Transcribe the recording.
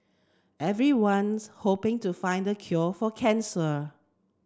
everyone's hoping to find the cure for cancer